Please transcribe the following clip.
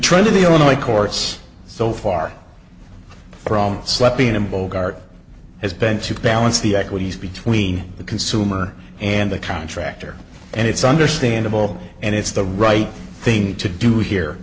trend of the only courts so far from slapping a bogart has been to balance the equities between the consumer and the contractor and it's understandable and it's the right thing to do here